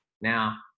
now